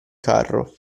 carro